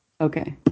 Okay